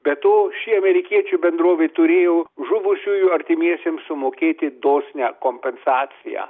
be to ši amerikiečių bendrovė turėjo žuvusiųjų artimiesiems sumokėti dosnią kompensaciją